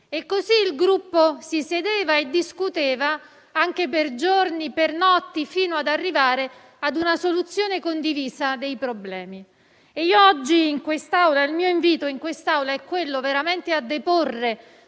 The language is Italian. E così il gruppo si sedeva e discuteva anche per giorni, per notti, fino ad arrivare a una soluzione condivisa dei problemi. Oggi, il mio invito in quest'Aula è quello a deporre